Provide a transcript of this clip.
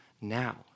now